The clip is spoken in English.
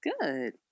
Good